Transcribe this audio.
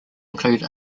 include